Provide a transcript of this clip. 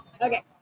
Okay